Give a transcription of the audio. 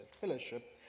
fellowship